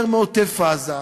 יותר מעוטף-עזה?